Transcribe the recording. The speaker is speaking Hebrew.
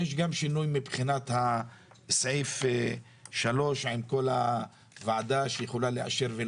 יש שינוי גם בסעיף 3 לגבי הוועדה שיכולה לאשר.